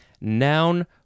Noun